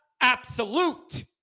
absolute